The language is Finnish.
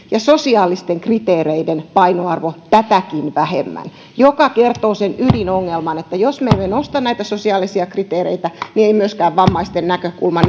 ja sosiaalisten kriteereiden painoarvo tätäkin vähemmän tämä kertoo sen ydinongelman että jos me emme nosta näitä sosiaalisia kriteereitä niin ei myöskään vammaisten näkökulma